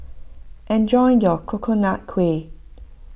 enjoy your Coconut Kuih